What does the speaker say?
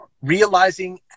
realizing